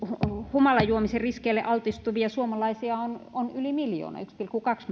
humalajuomisen riskeille altistuvia suomalaisia on on yli miljoona yksi pilkku kaksi